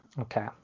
okay